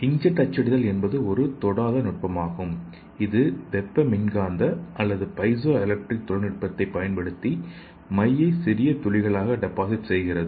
inkjet அச்சிடுதல் என்பது ஒரு தொடாத நுட்பமாகும் இது வெப்ப மின்காந்த அல்லது பைசோ எலக்ட்ரிக் தொழில்நுட்பத்தைப் பயன்படுத்தி மையை சிறிய துளிகளாக டெபாசிட் செய்கிறது